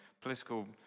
political